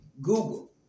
Google